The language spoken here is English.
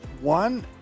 One